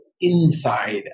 inside